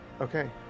Okay